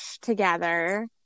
together